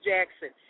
Jackson